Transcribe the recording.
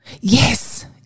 yes